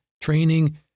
training